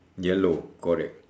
yellow correct